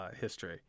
history